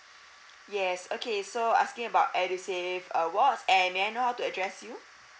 yes okay so asking about edusave awards and may I know how to address you